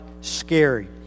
scary